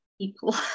people